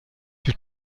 più